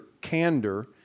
candor